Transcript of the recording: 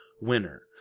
winner